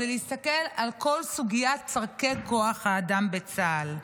זה להסתכל על כל סוגיית צורכי כוח האדם בצה"ל.